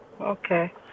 Okay